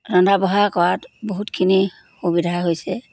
ৰন্ধা বঢ়া কৰাত বহুতখিনি সুবিধা হৈছে